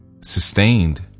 sustained